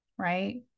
right